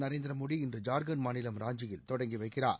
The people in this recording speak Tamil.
நரேந்திர மோடி இன்று ஜார்க்கண்ட் மாநிலம் ராஞ்சியில் தொடங்கி வைக்கிறார்